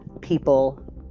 people